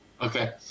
Okay